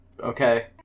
okay